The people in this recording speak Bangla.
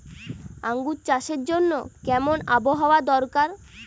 আঙ্গুর চাষের জন্য কেমন আবহাওয়া দরকার?